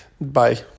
Bye